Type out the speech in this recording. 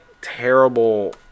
terrible